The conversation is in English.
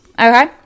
Okay